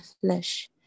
flesh